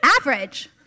average